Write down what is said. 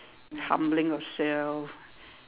humbling yourself